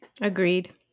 Agreed